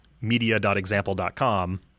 media.example.com